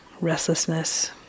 restlessness